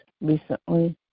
recently